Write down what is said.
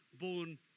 born